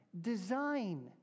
design